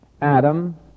Adam